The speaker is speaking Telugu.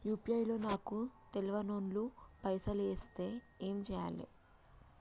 యూ.పీ.ఐ లో నాకు తెల్వనోళ్లు పైసల్ ఎస్తే ఏం చేయాలి?